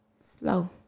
slow